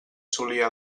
solia